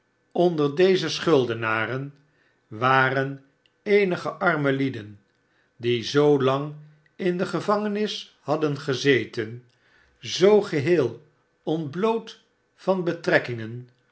onder deze schulalgemeene verlamming clenaren waren eenige arme lieden die zoolang in de gevangenis hadden gezeten zoo geheel ontbloot van betrekkingen